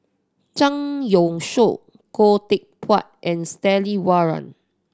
Zhang Youshuo Khoo Teck Puat and Stanley Warren